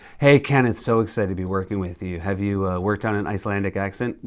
hey, kenneth, so excited to be working with you. have you worked on an icelandic accent?